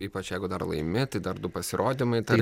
ypač jeigu dar laimi tai dar du pasirodymai